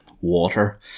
water